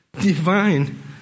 divine